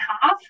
half